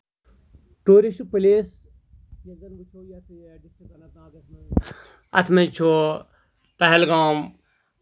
tourist place یُس زَن وُچھو یَتھ اننت ناگس منٛز اَتھ منٛز چھُ پہلگام